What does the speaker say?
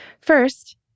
First